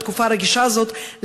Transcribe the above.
בתקופה הרגישה הזאת,